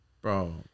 bro